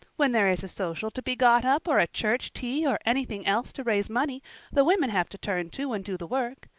when there is a social to be got up or a church tea or anything else to raise money the women have to turn to and do the work.